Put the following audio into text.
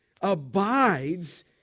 abides